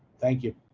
thank you.